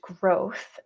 growth